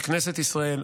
ככנסת ישראל,